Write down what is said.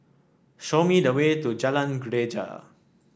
show me the way to Jalan Greja